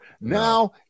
Now